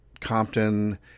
Compton